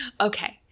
okay